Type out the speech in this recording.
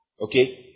okay